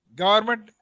government